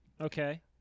Okay